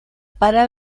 para